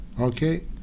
Okay